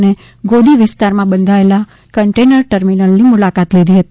અને ગોદી વિસ્તારમાં બંધાયેલા કન્ટેનર ટર્મિનલની મુલાકાત લીધી હતી